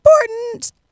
important